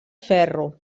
ferro